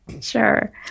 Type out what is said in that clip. Sure